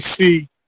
see